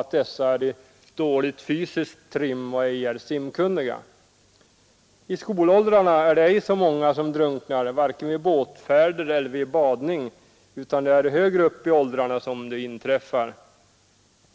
att dessa är i dåligt fysiskt trim och ej är simkunniga. I skolåldrarna är det inte så många som drunknar vare sig vid båtfärder eller vid badning utan det är högre upp i åldrarna som detta inträffar.